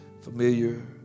familiar